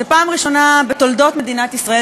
זאת הפעם הראשונה בתולדות מדינת ישראל